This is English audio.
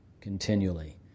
continually